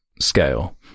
scale